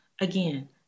again